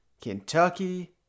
Kentucky